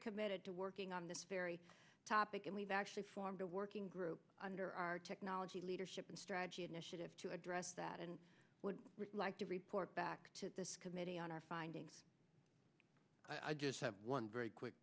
committed to working on this very topic and we've actually formed a working group under our technology leadership and strategy initiative to address that and would like to report back to this committee on our findings i just have one very quick